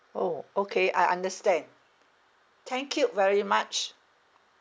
orh okay I understand thank you very much